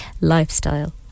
lifestyle